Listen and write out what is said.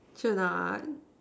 sure or not